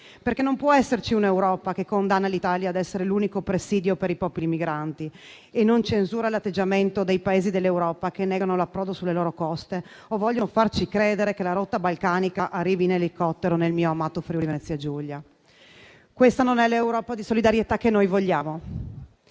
perché non può esserci un'Europa che condanna l'Italia ad essere l'unico presidio per i popoli migranti e non censura l'atteggiamento dei Paesi dell'Europa che negano l'approdo sulle loro coste o vogliono farci credere che la rotta balcanica arrivi in elicottero nel mio amato Friuli-Venezia Giulia. Questa non è l'Europa di solidarietà che noi vogliamo